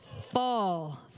fall